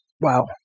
Wow